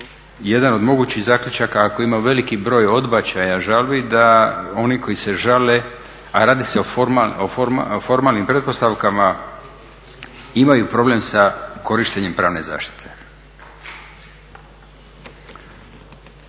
jedan od mogućih zaključaka ako ima veliki broj odbačaja, žalbi da oni koji se žale, a radi se o formalnim pretpostavkama imaju problem sa korištenjem pravne zaštite.